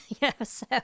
Yes